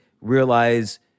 realize